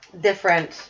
different